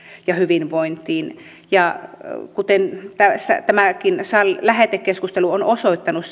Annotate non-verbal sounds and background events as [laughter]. ja hyvinvointiin kuten tämäkin lähetekeskustelu on osoittanut [unintelligible]